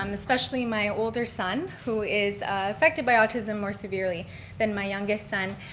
um especially my older son, who is affected by autism more severely than my youngest son,